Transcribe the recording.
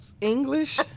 english